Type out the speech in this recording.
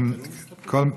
לא שומע,